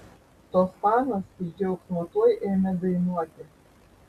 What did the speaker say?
tos panos iš džiaugsmo tuoj ėmė dainuoti